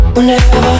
Whenever